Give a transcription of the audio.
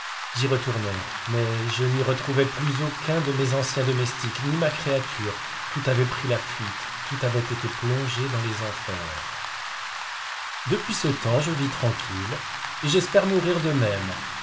j'y retournai mais je n'y retrouvai plus aucuns de mes anciens domestiques ni ma créature tout avait pris la fuite tout avait été plongé dans les enfers depuis ce temps je vis tranquille et j'espère mourrir de même